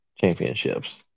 championships